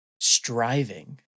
striving